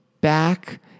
back